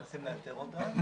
צריכים לאשר אותה.